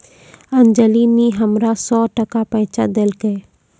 अंजली नी हमरा सौ टका पैंचा देलकै